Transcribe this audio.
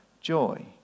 joy